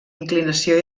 inclinació